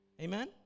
Amen